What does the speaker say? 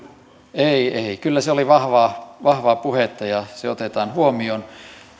ei ei kyllä se oli vahvaa vahvaa puhetta ja se otetaan huomioon